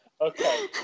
Okay